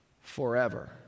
forever